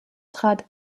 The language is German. trat